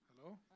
Hello